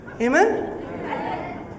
Amen